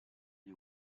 gli